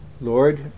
Lord